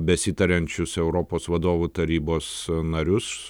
besitariančius europos vadovų tarybos narius